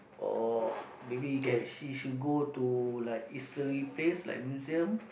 or maybe he can she should go to like history place like museum